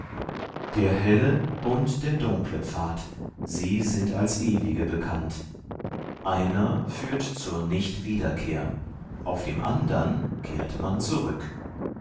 der helle und der dunkle pfad sie sind als ewige bekannt einer führt zur nichtwiederkehr auf dem andern kehrt man zurück